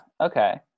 Okay